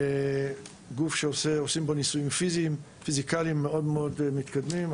גוף שעושים פה ניסויים פיזיקליים מאוד מאוד מתקדמים.